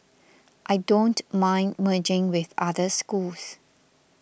I don't mind merging with other schools